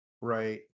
Right